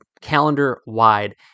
calendar-wide